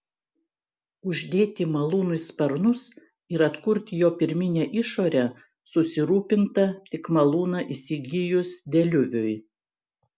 uždėti malūnui sparnus ir atkurti jo pirminę išorę susirūpinta tik malūną įsigijus deliuviui